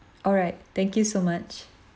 alright thank you so much